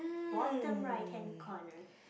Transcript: bottom right hand corner